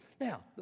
Now